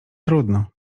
trudno